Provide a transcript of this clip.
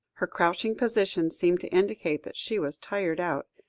her crouching position seemed to indicate that she was tired out,